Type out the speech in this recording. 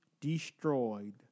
destroyed